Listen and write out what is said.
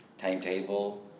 timetable